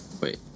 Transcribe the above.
Wait